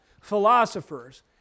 philosophers